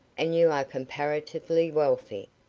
and you are comparatively wealthy.